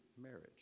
marriage